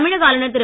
தமிழக ஆளுநர் திரு